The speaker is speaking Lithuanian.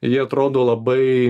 ji atrodo labai